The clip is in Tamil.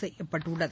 செய்யப்பட்டுள்ளது